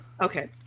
Okay